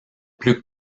plus